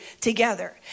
together